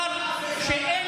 שר שפל.